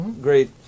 great